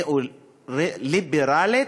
ניאו-ליברלית,